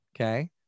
Okay